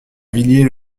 villers